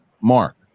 Mark